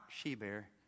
she-bear